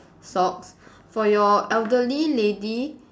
socks for your elderly lady